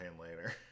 later